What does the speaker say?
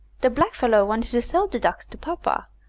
de blackfellow want to sell de ducks to papa,